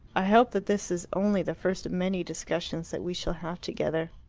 i hope that this is only the first of many discussions that we shall have together.